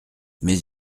mais